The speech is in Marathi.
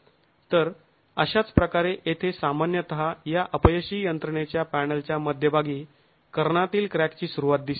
तर अशाच प्रकारे येथे सामान्यतः या अपयशी यंत्रणेच्या पॅनलच्या मध्यभागी कर्णातील क्रॅकची सुरुवात दिसते